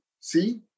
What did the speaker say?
see